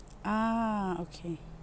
ah okay